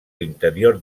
l’interior